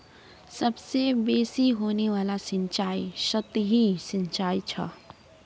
सबसे बेसि होने वाला सिंचाई सतही सिंचाई छ